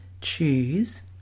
choose